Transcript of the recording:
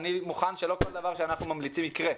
אני מוכן שלא כל דבר שאנחנו ממליצים יקרה,